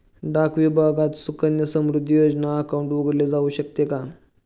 डाक विभागात सुकन्या समृद्धी योजना अकाउंट उघडले जाऊ शकते का?